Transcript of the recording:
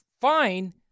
Fine